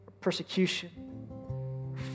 persecution